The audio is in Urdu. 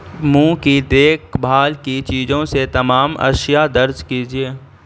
منہ کی دیکھ بھال کی چیزوں سے تمام اشیا درج کیجیے